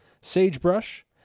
Sagebrush